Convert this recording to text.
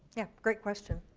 yeah great question.